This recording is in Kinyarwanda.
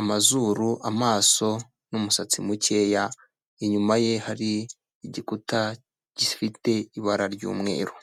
amazuru, amaso n'umusatsi mukeya, inyuma ye hari igikuta gifite ibara ry'umweru.